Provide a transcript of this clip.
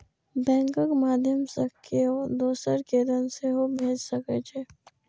बैंकक माध्यय सं केओ दोसर कें धन सेहो भेज सकै छै